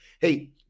Hey